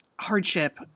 hardship